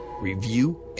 review